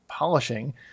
Polishing